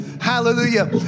hallelujah